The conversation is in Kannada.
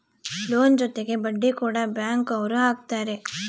ಲೋನ್ ಜೊತೆಗೆ ಬಡ್ಡಿ ಕೂಡ ಬ್ಯಾಂಕ್ ಅವ್ರು ಹಾಕ್ತಾರೆ